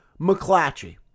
McClatchy